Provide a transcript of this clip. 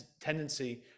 tendency